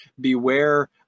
beware